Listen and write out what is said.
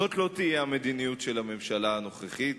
זאת לא תהיה המדיניות של הממשלה הנוכחית.